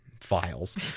files